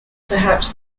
perhaps